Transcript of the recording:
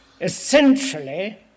essentially